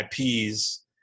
IPs